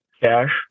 Cash